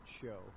show